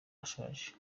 ashaje